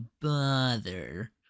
bother